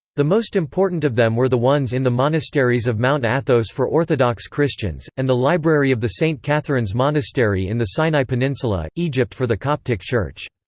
the most important of them were the ones in the monasteries of mount athos for orthodox christians, and the library of the saint catherine's monastery in the sinai peninsula, egypt for the coptic church.